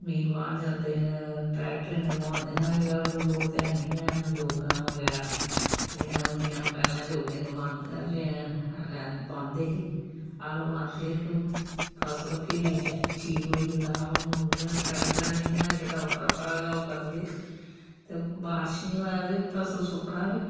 जमीन बाह्न जंदे न ट्रेक्टरें नै बोहांदे न अज्ज कल ओह् ते ऐनी हैन जोगां बगैरा जेह्ड़ियां होंदियां आं पैह्लें जोगां गै बाहंदे हे ते हलें हल बाहंदे हे ते ओह् फसल फिरी ठीक होई जंदा हा हून ओह्दे नै ट्रेक्टरें नै इ'यां छड़ा उप्परा उप्परा गै ओह् करदे ते बारश निं होवै ते फसल सुक्कना गै